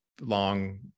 long